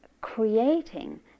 creating